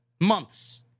months